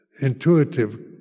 intuitive